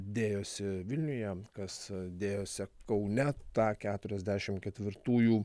dėjosi vilniuje kas dėjosi kaune tą keturiasdešim ketvirtųjų